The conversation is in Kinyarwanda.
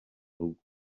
rugo